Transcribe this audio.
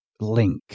link